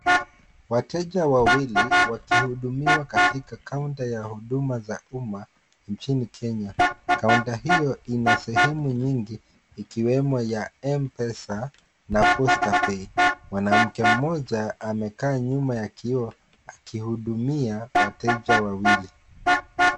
Wateja wawili wakihudumiwa katika kaunta ya huduma za umma, nchini Kenya, kaunta hiyo ina sehemu nyingi ikiwemo ya M-Pesa, na PostaPay . Mwanamke mmoja amekaa nyuma ya kioo akihudumia wateja wawili.